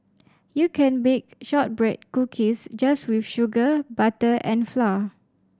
you can bake shortbread cookies just with sugar butter and flour